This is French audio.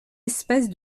espèce